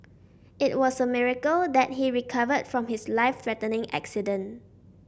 it was a miracle that he recovered from his life threatening accident